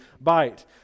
bite